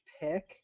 pick